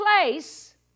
place